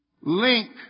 link